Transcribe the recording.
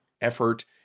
effort